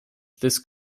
this